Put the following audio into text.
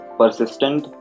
persistent